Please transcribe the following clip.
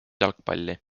jalgpalli